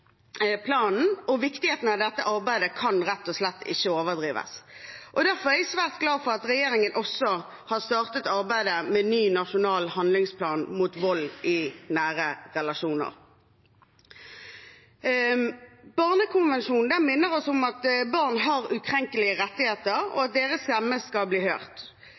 planen, og viktigheten av dette arbeidet kan rett og slett ikke overdrives. Derfor er jeg svært glad for at regjeringen også har startet arbeidet med en ny nasjonal handlingsplan mot vold i nære relasjoner. Barnekonvensjonen minner oss om at barn har ukrenkelige rettigheter, og at deres stemme skal bli hørt.